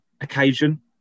occasion